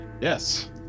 Yes